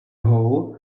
hall